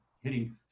hitting